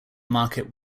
market